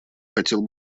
хотел